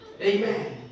Amen